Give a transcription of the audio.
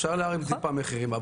אפשר להוריד טיפה מחירים,